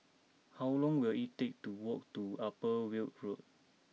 how long will it take to walk to Upper Weld Road